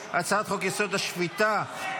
הצבעה על הצעת חוק עובדים זרים (תיקון,